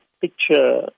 picture